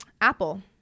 Apple